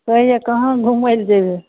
कहिये कहाँ घुमै लए जेबै